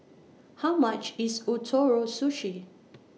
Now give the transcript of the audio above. How much IS Ootoro Sushi